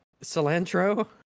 Cilantro